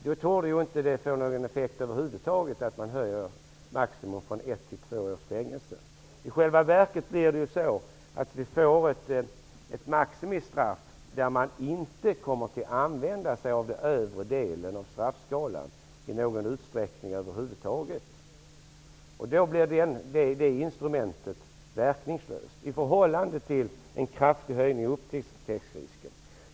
Då torde det ju inte få någon effekt över huvud taget att man höjer maximistraffet från ett till två års fängelse. I själva verket får vi ett maximistraff i vilket man över huvud taget inte kommer att använda sig av den övre delen av straffskalan. Då blir det instrumentet verkningslöst i förhållande till en kraftig ökning av upptäcktsrisken.